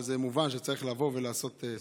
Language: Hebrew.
אבל זה מובן שצריך לבוא ולעשות סדר ולבדוק,